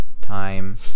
time